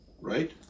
right